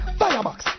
firebox